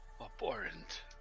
abhorrent